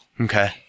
Okay